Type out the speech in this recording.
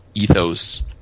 ethos